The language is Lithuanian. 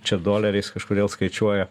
čia doleriais kažkodėl skaičiuoja